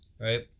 right